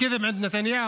להלן תרגומם:)